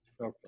Okay